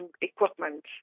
equipment